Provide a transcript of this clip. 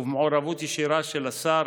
במעורבות ישירה של השר,